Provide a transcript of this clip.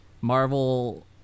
Marvel